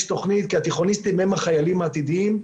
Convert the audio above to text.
יש תוכנית, כי התיכוניסטים הם החיילים העתידיים.